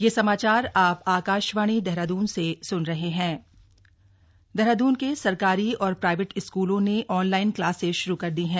online पढ़ाई देहरादून के सरकारी और प्राइवेट स्कूलों ने ऑनलाइन क्लासेस श्रू कर दी हैं